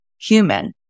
human